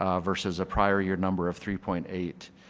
ah versus a prior-year number of three point eight,